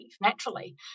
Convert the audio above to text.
naturally